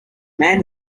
man